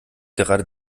gerade